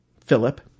Philip